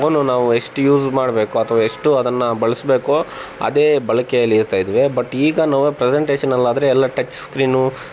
phone ನಾವು ಎಷ್ಟು use ಮಾಡಬೇಕು ಅಥವಾ ಎಷ್ಟು ಅದನ್ನು ಬಳಸಬೇಕೋ ಅದೇ ಬಳಕೆಯಲ್ಲಿ ಇರ್ತಾ ಇದ್ವಿ ಬಟ್ ಈಗ ನಾವು ಪ್ರೆಸೆಂಟೇಷನ್ನಲ್ಲಾದರೆ ಎಲ್ಲ ಟಚ್ ಸ್ಕ್ರೀನು